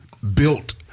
built